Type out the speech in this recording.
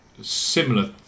similar